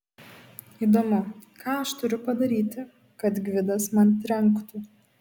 įdomu ką aš turiu padaryti kad gvidas man trenktų